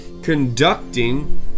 conducting